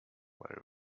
very